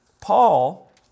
Paul